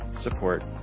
support